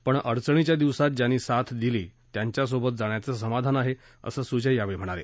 परंतू अडचणीच्या दिवसांत ज्यांनी साथ दिली त्यांच्या सोबत जाण्याचे समाधान आहे असं सुजय यावेळी म्हणाले